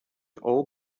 all